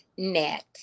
net